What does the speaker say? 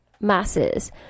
masses